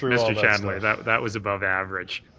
mr. chandler, that that was above average.